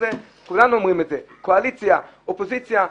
כולנו אומרים את זה: קואליציה, אופוזיציה.